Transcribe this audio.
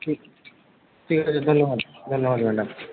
ঠিক ঠিক আছে ধন্যবাদ ধন্যবাদ ম্যাডাম